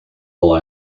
all